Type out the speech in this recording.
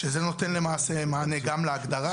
שזה נותן למעשה מענה גם להגדרה,